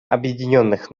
объединенных